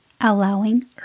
Allowing